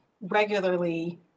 regularly